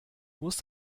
musst